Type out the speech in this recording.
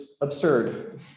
absurd